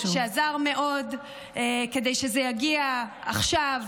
שעזר מאוד כדי שזה יגיע עכשיו,